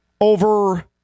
over